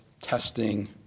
testing